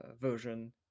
version